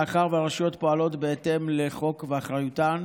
מאחר שהרשויות פועלות בהתאם לחוק ולאחריותן